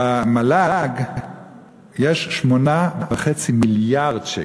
למל"ג יש 8.5 מיליארד שקל,